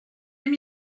him